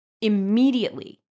immediately